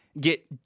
get